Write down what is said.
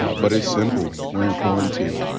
ah but it's simple. we're in quarantine.